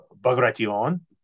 Bagration